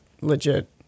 legit